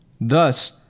Thus